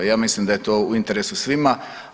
Ja mislim da je to u interesu svima.